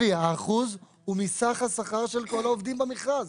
האחוז הוא מסך השכר של כל העובדים במכרז.